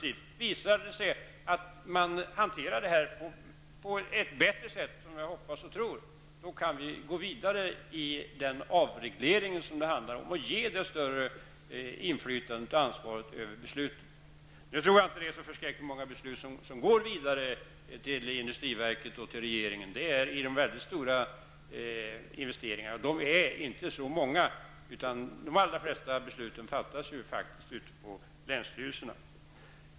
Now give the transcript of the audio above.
Om det visar sig att man hanterar detta på ett bättre sätt, som jag hoppas och tror, då kan vi gå vidare i den avreglering som det handlar om och ge länsstyrelserna större inflytande och ansvar över besluten. Nu tror jag inte att det är så förskräckligt många beslut som går vidare till industriverket och regeringen. Det handlar om de mycket stora investeringarna, och de är inte så många, utan de allra flesta besluten fattas faktiskt ute på länsstyrelserna.